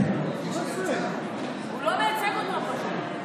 הוא לא מייצג אותם בכלל.